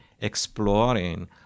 exploring